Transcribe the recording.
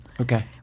Okay